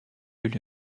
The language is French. est